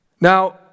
Now